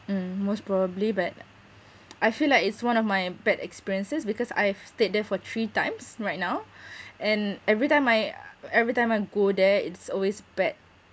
mm most probably but I feel like it's one of my bad experiences because I've stayed there for three times right now and every time I every time I go there it's always bad